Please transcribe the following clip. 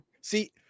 See